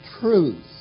truth